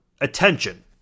attention